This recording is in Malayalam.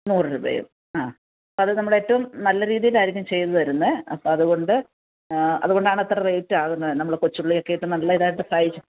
നൂറുരൂപയും ആ അത് നമ്മൾ ഏറ്റവും നല്ല രീതിയിലായിരിക്കും ചെയ്ത് തരുന്നത് അപ്പം അതുകൊണ്ട് അതുകൊണ്ടാണ് അത്ര റേറ്റ് ആകുന്നത് നമ്മൾ കൊച്ചുള്ളിയൊക്കെ ഇട്ട് നല്ല ഇതായിട്ട് ഫ്രൈ